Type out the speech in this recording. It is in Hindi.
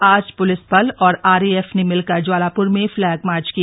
आज पृलिस बल और आर ए एफ ने मिलकर ज्वालापर में फ्लैग मार्च किया